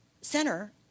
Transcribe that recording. Center